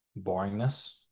boringness